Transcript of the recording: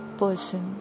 person